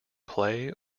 play